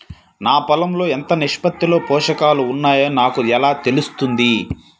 నా పొలం లో ఎంత నిష్పత్తిలో పోషకాలు వున్నాయో నాకు ఎలా తెలుస్తుంది?